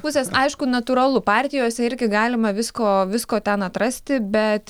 pusės aišku natūralu partijose irgi galima visko visko ten atrasti bet